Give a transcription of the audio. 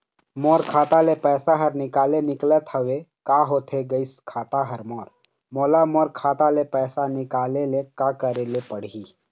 मोर खाता ले पैसा हर निकाले निकलत हवे, का होथे गइस खाता हर मोर, मोला मोर खाता ले पैसा निकाले ले का करे ले पड़ही?